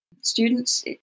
students